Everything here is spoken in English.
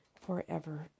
forever